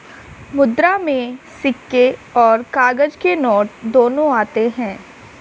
मुद्रा में सिक्के और काग़ज़ के नोट दोनों आते हैं